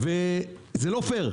וזה לא פייר.